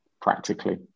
practically